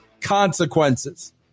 consequences